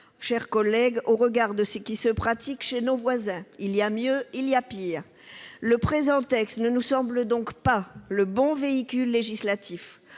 chers collègues, au regard de ce qui se pratique chez nos voisins. Il y a mieux, il y a pire. Le présent texte ne nous semble donc pas constituer le bon véhicule législatif.